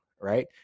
right